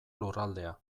lurraldea